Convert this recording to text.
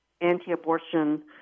anti-abortion